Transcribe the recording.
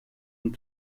und